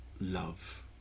love